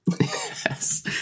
Yes